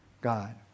God